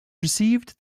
received